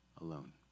alone